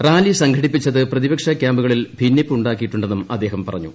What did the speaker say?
rally സംഘടിപ്പിച്ചത് പ്രതിപക്ഷ ക്യാമ്പുകളിൽ ഭിന്നിപ്പുണ്ടാക്കിയിട്ടുണ്ടെന്നും അദ്ദേഹം പറഞ്ഞു